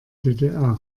ddr